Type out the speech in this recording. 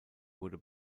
wurde